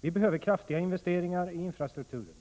Vi behöver kraftiga investeringar i infrastrukturen.